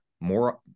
more